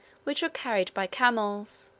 which were carried by camels.